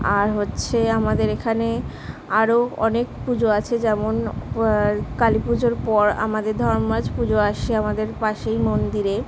আর হচ্ছে আমাদের এখানে আরও অনেক পুজো আছে যেমন কালী পুজোর পর আমাদের ধর্মরাজ পুজো আছে আমাদের পাশেই মন্দিরে